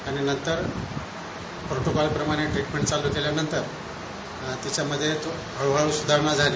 आणि नंतर प्रोटोकॉल प्रमाणे ट्रिटमेंन्ट चालू केल्या नंतर तिच्या मध्ये हळूहळू सुधारणा झाली